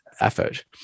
effort